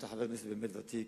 אתה חבר כנסת באמת ותיק,